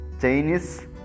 Chinese